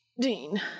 Dean